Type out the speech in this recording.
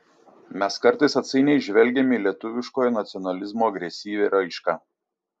mes kartais atsainiai žvelgiame į lietuviškojo nacionalizmo agresyvią raišką